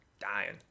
dying